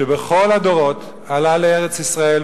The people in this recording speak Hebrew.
שבכל הדורות עלה לארץ-ישראל,